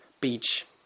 beach